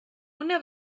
una